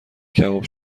کباب